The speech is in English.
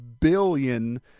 billion